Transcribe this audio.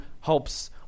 helps